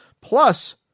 plus